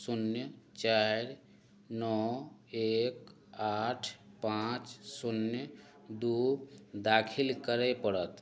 शून्य चारि नओ एक आठ पाँच शून्य दू दाखिल करय पड़त